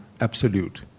absolute